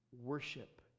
worship